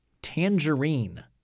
Tangerine